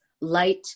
light